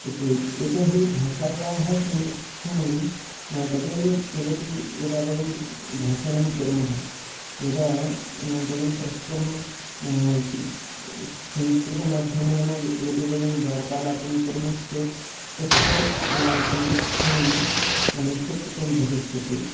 इति यतो हि भाषायाः संरक्षणं तदैव भवति यदा वयं भाषणं कुर्मः यदा वयं परस्परं संस्कृतमाध्यमेन यदि वयं वार्तालापं कुर्मश्चेत् तस्य संरक्षणं निश्चप्रचं भविष्यति इति